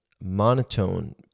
monotone